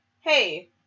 hey